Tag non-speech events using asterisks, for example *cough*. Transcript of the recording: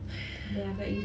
*noise*